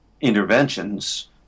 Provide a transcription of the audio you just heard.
interventions